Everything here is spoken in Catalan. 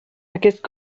aquest